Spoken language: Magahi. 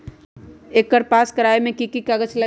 एकर पास करवावे मे की की कागज लगी?